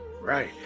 Right